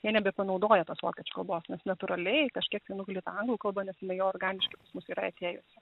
jie nebepanaudoja tos vokiečių kalbos nes natūraliai kažkiek tai nugali ta anglų kalba nes jinai jau organiškai mus yra atėjusi